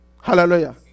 Hallelujah